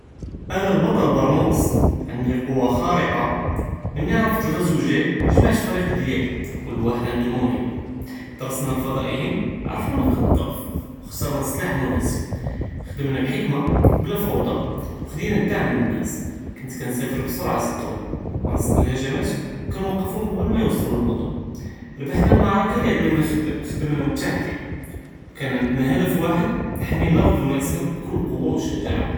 אנא אלבאטל ברנוס, ענדי כוואה חארקה, מלי ערפת אלעזו ג'אי, ג'מעתי אלפريق דיאלי קול ואחד ענדו מוהבה, דרסנא אלפצא'ין ערפנא נקאק אלדעף, ואחתרנא אלסלאח אלמונאסב, חדמנא בחכמה בלא פوضא וחדינה אלדעמ אלמונאסב, קנת קינסאפר בסרעה אלד'וא, קינסד אלהג'מאת וכנוקפם קבל מא יוסלו ללמדין, רבחנא אלמעארקה לאננה חדמנא מתאחדין קאנ ענדנה הדף ואחד נחדמו אלארד וناسהא בבכל כוואה ו שג'אעה.